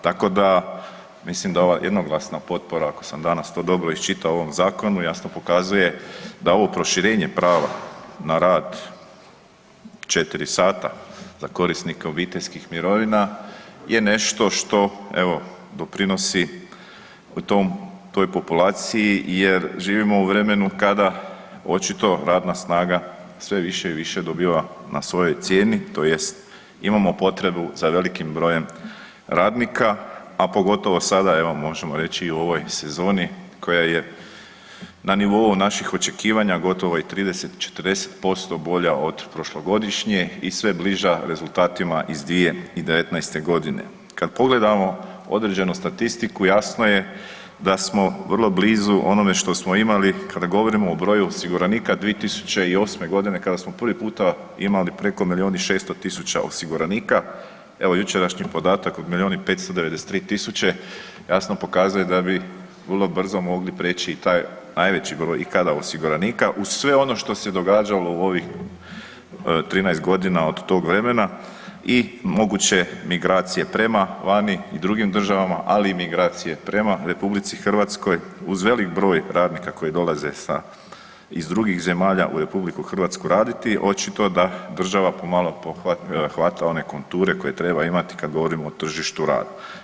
Tako da mislim da ova jednoglasna potpora ako sam danas to dobro iščitao u ovom zakonu jasno pokazuje da ovo proširenje prava na rad 4 sata za korisnike obiteljskih mirovina je nešto što evo doprinosi toj populaciji jer živimo u vremenu kada očito radna snaga sve više i više dobiva na svojoj cijeni tj. imamo potrebu za velikim brojem radnika, a pogotovo sada evo možemo reći i u ovoj sezoni koja je na nivou naših očekivanja, gotovo je 30-40% bolja od prošlogodišnje i sve bliža rezultatima iz 2019.g. Kad pogledamo određenu statistiku jasno je da smo vrlo blizu onome što smo imali kada govorimo o broju osiguranika, 2008.g. kada smo prvi puta imali preko milijun i 600 tisuća osiguranika, evo jučerašnji podatak od milijun i 593 tisuće jasno pokazuje da bi vrlo brzo mogli preći i taj najveći broj i kada osiguranika uz sve ono što se događalo u ovih 13.g. od tog vremena i moguće migracije prema vani i drugim državama, ali i migracije prema RH uz velik broj radnika koji dolaze iz drugih zemalja u RH raditi očito da država pomalo hvata one konture koje treba imati kad govorimo o tržištu rada.